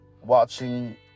watching